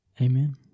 Amen